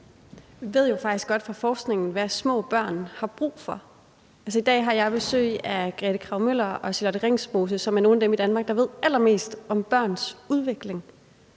Vi ved jo faktisk godt fra forskningen, hvad små børn har brug for. Altså, i dag har jeg besøg af Grethe Kragh-Müller og Charlotte Ringsmose, som er nogle af dem i Danmark, der ved allermest om børns udvikling,